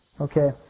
Okay